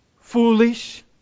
foolish